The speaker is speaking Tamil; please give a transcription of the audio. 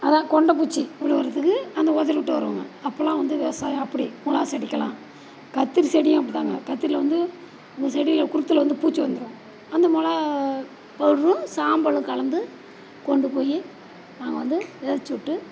அதான் கொண்டை பூச்சி உழுவுறதுக்கு அந்த உதறிவுட்டு வருவோங்க அப்போல்லாம் வந்து விவசாயம் அப்படி மிளவா செடிக்கெல்லாம் கத்திரி செடியும் அப்படிதாங்க கத்திரியில் வந்து அந்த செடியில் குருத்தில் வந்து பூச்சி வந்துடும் அந்த மிளவா பவுட்ரும் சாம்பலும் கலந்து கொண்டு போய் நாங்கள் வந்து எரித்துவுட்டு